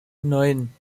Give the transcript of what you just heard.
neun